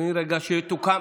וברגע שיוקמו,